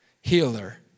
Healer